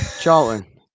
Charlton